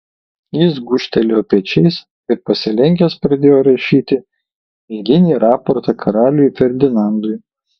jis gūžtelėjo pečiais ir pasilenkęs pradėjo rašyti eilinį raportą karaliui ferdinandui